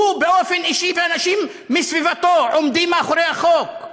הוא באופן אישי ואנשים מסביבתו עומדים מאחורי החוק.